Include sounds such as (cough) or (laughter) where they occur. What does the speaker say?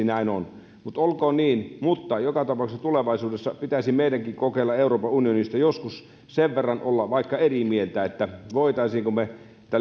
(unintelligible) näin on mutta olkoon niin mutta joka tapauksessa tulevaisuudessa pitäisi meidänkin kokeilla euroopan unionissa joskus olla vaikka sen verran eri mieltä että voitaisiin